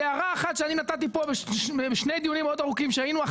הערה אחת שאני נתתי פה בשני דיונים ארוכים שהיינו,